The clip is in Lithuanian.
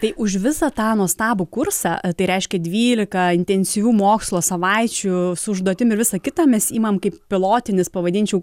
tai už visą tą nuostabų kursą tai reiškia dvylika intensyvių mokslo savaičių su užduotim ir visą kitą mes imam kaip pilotinis pavadinčiau